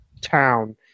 town